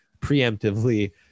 preemptively